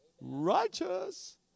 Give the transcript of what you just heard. Righteous